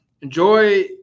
enjoy